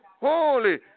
holy